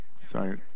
Sorry